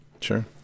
sure